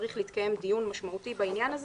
צריך להתקיים דיון משמעותי בעניין הזה,